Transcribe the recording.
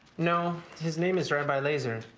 no, his name is rabbi lazer.